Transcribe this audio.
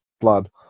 Blood